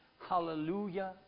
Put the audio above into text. Hallelujah